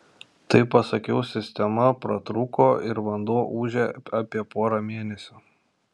tai paskiau sistema pratrūko ir vanduo ūžė apie porą mėnesių